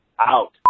Out